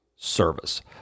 service